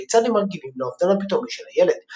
וכיצד הם מגיבים לאבדן הפתאומי של הילד.